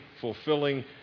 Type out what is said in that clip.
fulfilling